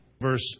verse